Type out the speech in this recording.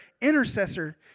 intercessor